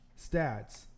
stats